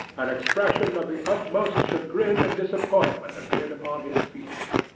an expression of the utmost chagrin and disappointment appeared upon his features.